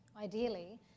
ideally